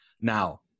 Now